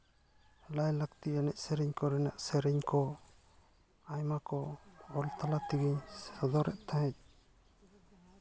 ᱞᱟᱭᱼᱞᱟᱹᱠᱛᱤ ᱮᱱᱮᱡ ᱥᱮᱨᱮᱧ ᱠᱚᱨᱮᱱᱟᱜ ᱥᱮᱨᱮᱧ ᱠᱚ ᱟᱭᱢᱟ ᱠᱚ ᱚᱞ ᱛᱟᱞᱟ ᱛᱮᱜᱮ ᱥᱚᱫᱚᱨᱮᱜ ᱛᱟᱦᱮᱸᱜ